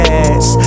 ass